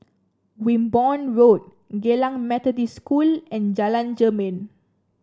Wimborne Road Geylang Methodist School and Jalan Jermin